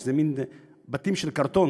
שזה מין בתים של קרטון,